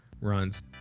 runs